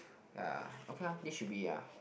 ya okay ah this should be it ah